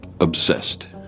obsessed